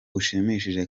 bushimishije